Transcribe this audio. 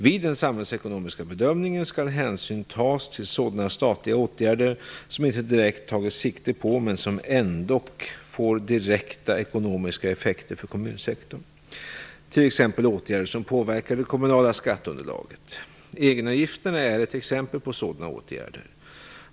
Vid den samhällsekonomiska bedömningen skall hänsyn tas till sådana statliga åtgärder som inte direkt tagit sikte på, men som ändå får direkta ekonomiska effekter för kommunsektorn, t.ex. åtgärder som påverkar det kommunala skatteunderlaget. Egenavgifterna är ett exempel på sådana åtgärder.